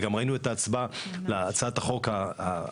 וגם ראינו את ההצבעה להצעת החוק החיונית,